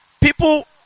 People